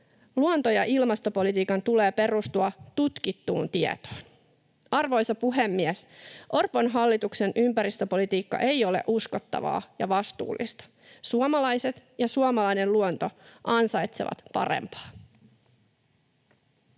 Luonto- ja ilmastopolitiikan tulee perustua tutkittuun tietoon. Arvoisa puhemies! Orpon hallituksen ympäristöpolitiikka ei ole uskottavaa ja vastuullista. Suomalaiset ja suomalainen luonto ansaitsevat parempaa.